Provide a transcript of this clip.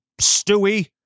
Stewie